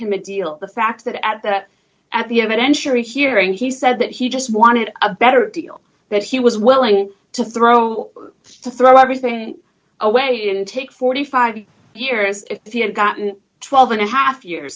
him a deal the fact that at that at the evidentiary hearing he said that he just wanted a better deal that he was willing to throw throw everything away in take forty five years if he had gotten twelve and a half years